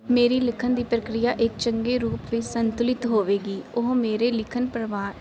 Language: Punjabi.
ਮੇਰੀ ਲਿਖਣ ਦੀ ਪ੍ਰਕ੍ਰਿਆ ਇੱਕ ਚੰਗੇ ਰੂਪ ਵਿੱਚ ਸੰਤੁਲਿਤ ਹੋਵੇਗੀ ਉਹ ਮੇਰੇ ਲਿਖਣ ਪਰਵਾ